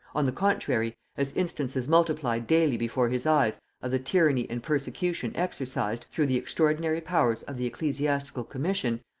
on the contrary, as instances multiplied daily before his eyes of the tyranny and persecution exercised, through the extraordinary powers of the ecclesiastical commission,